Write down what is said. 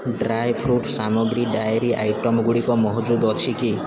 dry fruit ସାମଗ୍ରୀ dairy ଆଇଟମଗୁଡ଼ିକ ମହଜୁଦ ଅଛି କି